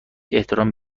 احترام